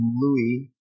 Louis